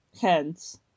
hands